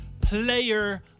player